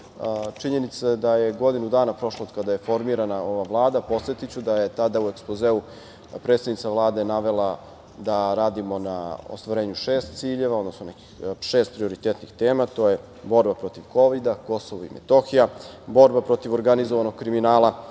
činjenica da je godinu dana prošlo od kada je formirana ova Vlada. Podsetiću da je tada u ekspozeu predsednica Vlade navela da radimo na ostvarenju šest ciljeva, odnosno šest prioritetnih tema, a to je borba protiv Kovida, KiM, borba protiv organizovanog kriminala,